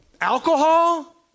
alcohol